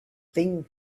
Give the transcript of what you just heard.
thing